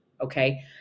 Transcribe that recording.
okay